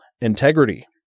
integrity